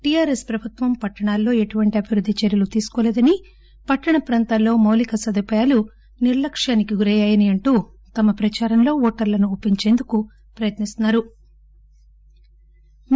TRS ప్రభుత్వం పట్లణాల్లో ఎటువంటి అభివృద్ది చర్యలు తీసుకోలేదని పట్టణ ప్రాంతాల్లో మౌలిక సదుపాయాలు నిర్లక్యానికి గురయ్యాయని అంటూ తమ ప్రచారంలో ఓటర్లను ఒప్పించేందుకు ప్రయత్పి స్తున్పారు